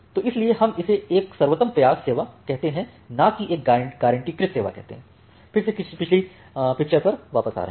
तो इसलिए हम इसे एक सर्वोत्तम प्रयास सेवा कहते हैं न कि एक गारंटी कृत सेवा फिर से पिछली पिक्चर पर वापस आ रहे हैं